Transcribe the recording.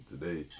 today